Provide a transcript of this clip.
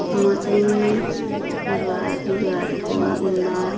म चाहिँ बिरुवा बिरुवाहरूको उन्नत